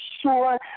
sure